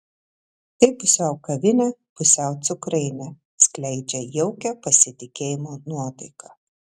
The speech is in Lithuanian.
tai pusiau kavinė pusiau cukrainė skleidžia jaukią pasitikėjimo nuotaiką